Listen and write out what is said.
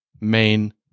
main